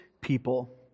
people